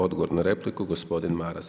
Odgovor na repliku gospodin Maras.